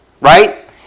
right